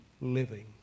living